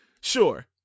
Sure